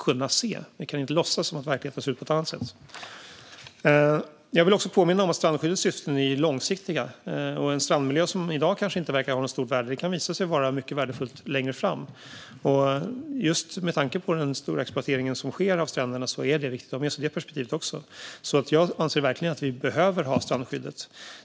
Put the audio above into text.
Vi kan inte låtsas som att verkligheten ser ut på ett annat sätt. Jag vill också påminna om att strandskyddets syften är långsiktiga. En strandmiljö som i dag inte verkar ha något stort värde kan visa sig vara mycket värdefull längre fram. Just med tanke på den stora exploatering som sker av stränderna är det viktigt att ha med sig det perspektivet också. Jag anser verkligen att vi behöver strandskyddet.